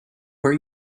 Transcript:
where